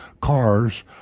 cars